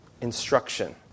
instruction